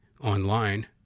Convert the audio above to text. online